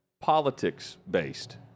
politics-based